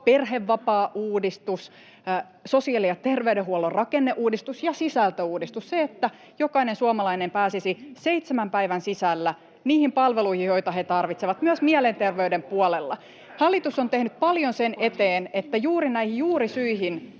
perhevapaauudistus, sosiaali- ja terveydenhuollon rakenneuudistus ja sisältöuudistus, se, että jokainen suomalainen pääsisi seitsemän päivän sisällä niihin palveluihin, joita he tarvitsevat, myös mielenterveyden puolella. [Ben Zyskowicz: Pääseekö?] Hallitus on tehnyt paljon sen eteen, että juuri näihin juurisyihin